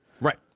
Right